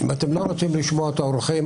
אם אתם לא רוצים לשמוע את האורחים,